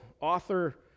author